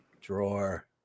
drawer